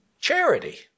charity